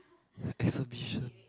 exhibition